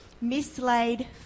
Mislaid